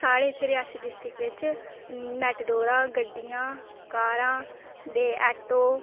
साढ़े इत्थें रियासी डिस्ट्रिक्ट बिच मेटाडोरां गड्डियां कारां ते ऑटो